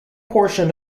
portion